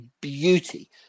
beauty